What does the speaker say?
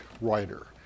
writer